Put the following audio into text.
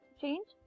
change